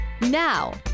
Now